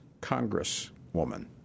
congresswoman